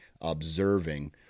observing